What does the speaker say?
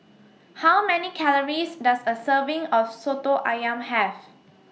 How Many Calories Does A Serving of Soto Ayam Have